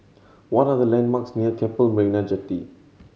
what are the landmarks near Keppel Marina Jetty